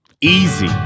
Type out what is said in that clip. Easy